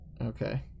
okay